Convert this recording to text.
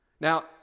Now